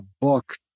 book